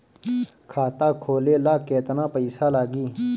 खाता खोले ला केतना पइसा लागी?